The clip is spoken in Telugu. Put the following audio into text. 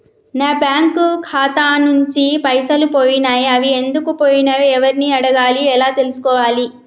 నా బ్యాంకు ఖాతా నుంచి పైసలు పోయినయ్ అవి ఎందుకు పోయినయ్ ఎవరిని అడగాలి ఎలా తెలుసుకోవాలి?